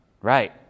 Right